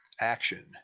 action